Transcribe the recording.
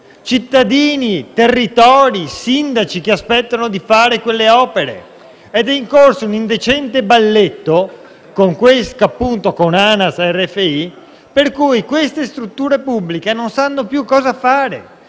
Cittadini, territori e sindaci aspettano di fare quelle opere ed è in corso un indecente balletto con Anas e RFI, per cui queste strutture pubbliche non sanno più cosa fare